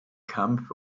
kampf